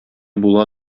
була